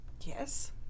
Yes